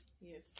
Yes